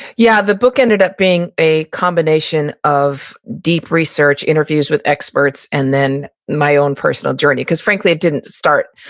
yeah, the book ended up being a combination of deep research, interviews with experts, and then my own personal journey, cause frankly, it didn't start,